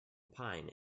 pine